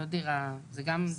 לא דירה, זה גם.